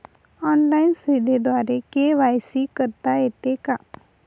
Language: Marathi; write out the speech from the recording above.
ऑनलाईन सुविधेद्वारे के.वाय.सी करता येते का?